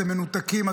אתם מנותקים,